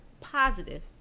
positive